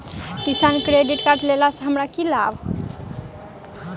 किसान credit card लेला सऽ हमरा की लाभ?